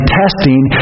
testing